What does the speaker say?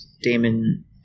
Damon